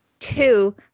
two